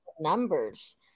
numbers